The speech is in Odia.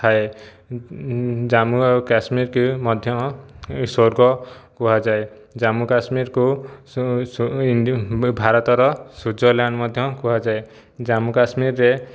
ଥାଏ ଜାମ୍ମୁ ଆଉ କାଶ୍ମୀରକି ମଧ୍ୟ ସ୍ୱର୍ଗ କୁହାଯାଏ ଜାମ୍ମୁକାଶ୍ମୀରକୁ ଭାରତର ସ୍ୱିଜରଲ୍ୟାଣ୍ଡ ମଧ୍ୟ କୁହାଯାଏ ଜାମ୍ମୁକାଶ୍ମୀରରେ